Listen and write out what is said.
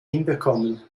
hinbekommen